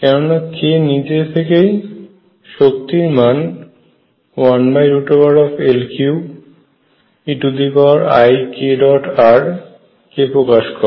কেননা k নিজে থেকেই শক্তির মান 1L3 eik ⋅r কে প্রকাশ করে